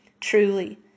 Truly